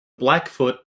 blackfoot